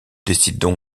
décident